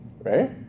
Right